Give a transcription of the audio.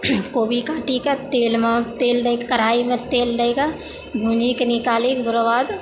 कोबी काटी के तेल मे तेल दै के कढ़ाइ मे तेल दैके भुंजी के निकाली ओकरा बाद